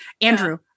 Andrew